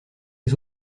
les